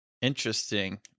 Interesting